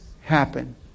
happen